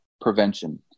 prevention